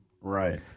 Right